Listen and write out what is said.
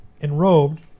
enrobed